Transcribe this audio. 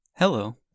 Hello